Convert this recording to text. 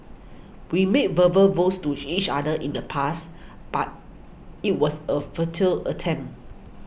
we made verbal vows to each other in the past but it was a futile attempt